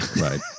Right